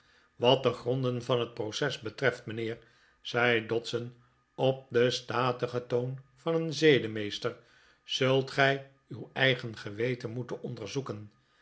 wat de gronden van het proces betreft mijnheer zei dodson op den statigen toon van een zedenmeester zult gij uw eigen geweten moeten onderzoeken